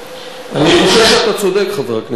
אני חושב שאתה צודק, חבר הכנסת מולה.